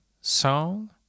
song